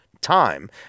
time